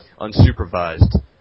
unsupervised